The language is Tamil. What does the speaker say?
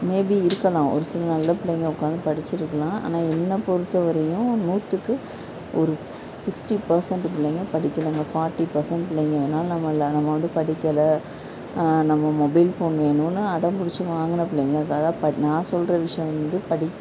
மேபி இருக்கலாம் ஒரு சில நல்ல பிள்ளைங்க உட்காந்து படிச்சிருக்கலாம் ஆனால் என்ன பொறுத்த வரையும் நூற்றுக்கு ஒரு சிக்ஸ்டி பர்சன்ட்டு பிள்ளைங்க படிக்கலைங்க ஃபாட்டி பர்சன்ட் பிள்ளைங்க வேணா நம்மளை நம்ம வந்து படிக்கலை நம்ம மொபைல் ஃபோன் வேணும்னு அடம்பிடிச்சி வாங்கின பிள்ளைங்களும் இருக்குது அதாவது ப நான் சொல்கிற விஷயம் வந்து படி